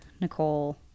Nicole